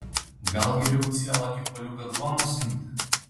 gal geriau cielą kepaliuką duonos imti